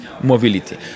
mobility